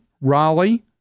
Raleigh